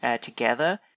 together